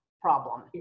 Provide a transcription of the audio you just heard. problem